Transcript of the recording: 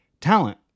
talent